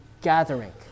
gathering